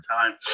Time